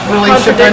relationship